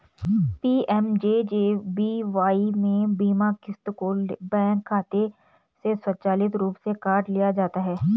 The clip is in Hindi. पी.एम.जे.जे.बी.वाई में बीमा क़िस्त को बैंक खाते से स्वचालित रूप से काट लिया जाता है